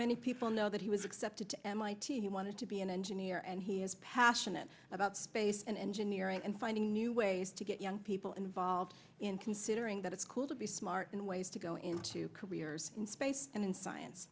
many people know that he was accepted to mit he wanted to be an engineer and he is passionate about face and engineering and finding new ways to get young people involved in considering that it's cool to be smart in ways to go into careers in space and in science